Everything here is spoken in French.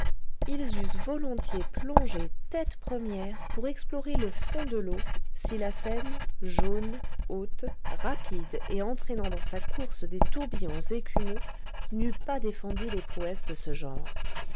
ils eussent volontiers plongé tête première pour explorer le fond de l'eau si la seine jaune haute rapide et entraînant dans sa course des tourbillons écumeux n'eût pas défendu les prouesses de ce genre